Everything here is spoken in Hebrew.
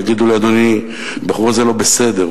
יגידו לאדוני: הבחור הזה לא בסדר,